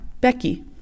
Becky